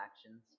Actions